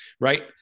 right